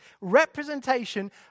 representation